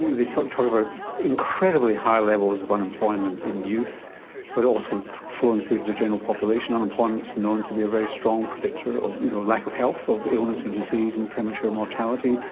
they so talk about incredibly high levels of unemployment in youth but also flowing through to the general population. unemployment is known to be a very strong predictor of you know lack of health, of illness and disease and premature mortality.